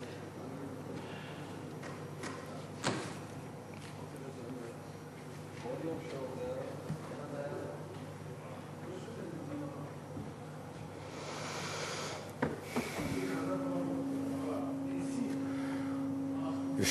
יש